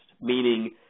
meaning